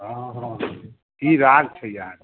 हँ हँ की राग छै अहाँके